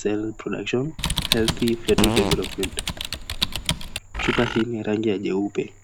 cell production, healthy fetal development . Chupa hii ni ya rangi ya jeupe.